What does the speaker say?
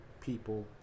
people